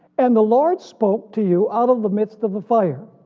and the lord spoke to you out of the midst of the fire.